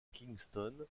kingston